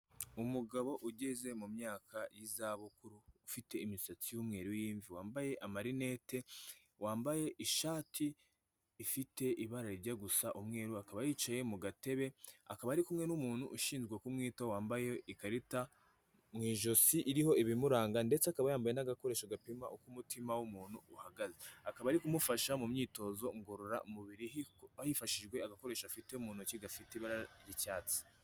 Umugabo ugeze mu myaka y'izabukuru, ufite imisatsi y'umweru y'imvi, wambaye amarinete, wambaye ishati ifite ibara rijya gusa umweru, akaba yicaye mu gatebe, akaba ari kumwe n'umuntu ushinzwe kumwitaho wambaye ikarita mu ijosi iriho ibimuranga ndetse akaba yambaye n'agakoresho gapima uko umutima w'umuntu uhagaze, akaba ari kumufasha mu myitozo ngororamubiri, hifashijwe agakoresho afite mu ntoki gafite ibara ry'icyatsi.